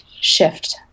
shift